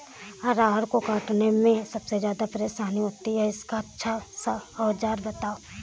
अरहर को काटने में सबसे ज्यादा परेशानी होती है इसका अच्छा सा औजार बताएं?